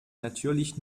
natürlich